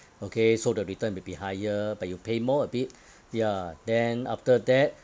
okay so the return will be higher but you pay more a bit ya then after that